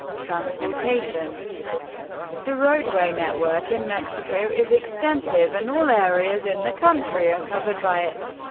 transportation the roadway network in mexico is extensive and all areas in the country are covered by it.